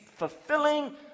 Fulfilling